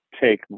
take